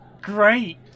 great